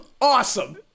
awesome